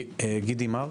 גידי מארק.